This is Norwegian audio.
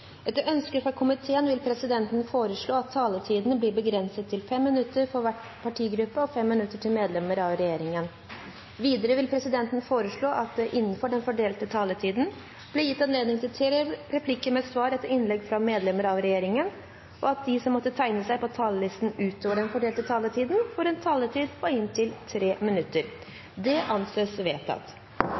Etter ønske fra justiskomiteen vil presidenten foreslå at taletiden blir begrenset til 5 minutter til hver partigruppe og 5 minutter til medlem av regjeringen. Videre vil presidenten foreslå at det – innenfor den fordelte taletid – blir gitt anledning til fem replikker med svar etter innlegg fra medlemmer av regjeringen, og at de som måtte tegne seg på talerlisten utover den fordelte taletid, får en taletid på inntil 3 minutter. – Det anses vedtatt.